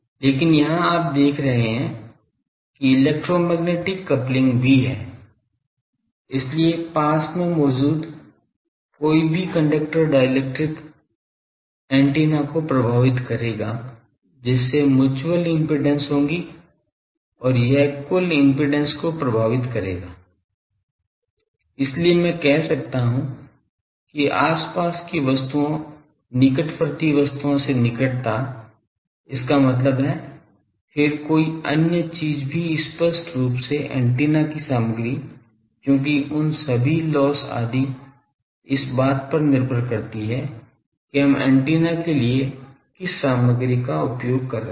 लेकिन यहां आप देख सकते हैं कि इलेक्ट्रोमैग्नेटिक कपलिंग भी है इसलिए पास में मौजूद कोई भी कंडक्टर डाइइलेक्ट्रिक एंटीना को प्रभावित करेगा जिससे म्यूच्यूअल इम्पीडेन्स होगी और यह कुल इम्पीडेन्स को प्रभावित करेगा इसीलिए मैं कह सकता हूं कि आस पास की वस्तुओं निकटवर्ती वस्तुओं से निकटता इसका मतलब है फिर कोई अन्य चीज भी स्पष्ट रूप से एंटीना की सामग्री क्योंकि उन सभी लॉस आदि इस बात पर निर्भर करती है कि हम एंटीना के लिए किस सामग्री का उपयोग कर रहे हैं